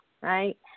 right